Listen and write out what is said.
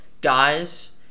guys